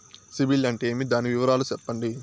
సిబిల్ అంటే ఏమి? దాని వివరాలు సెప్పండి?